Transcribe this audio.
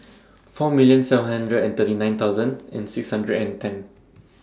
four million seven hundred and thirty nine thousand and six hundred and ten